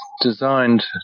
designed